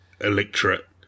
electorate